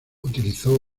utilizó